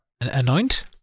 Anoint